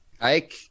Ike